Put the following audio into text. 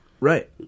Right